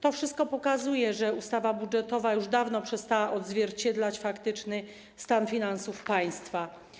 To wszystko pokazuje, że ustawa budżetowa już dawno przestała odzwierciedlać faktyczny stan finansów państwa.